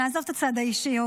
נעזוב את הצד האישי,